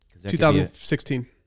2016